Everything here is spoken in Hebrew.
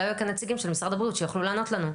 והיו כאן נציגים של משרד הבריאות שיכלו לענות לנו.